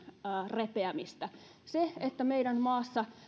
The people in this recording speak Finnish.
repeämistä sitä että meidän maassamme